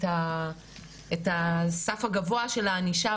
את הסף הגבוה של הענישה,